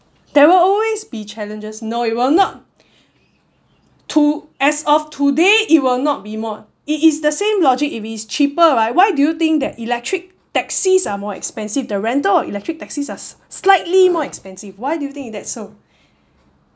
there will always be challenges no it will not to~ as of today it will not be more it is the same logic if it is cheaper right why do you think that electric taxis are more expensive the rental of electric taxis are slightly more expensive why do you think is that so